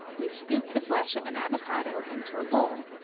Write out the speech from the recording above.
we scoop the flesh of an avocado into a bowl